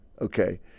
Okay